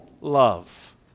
love